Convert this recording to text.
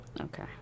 Okay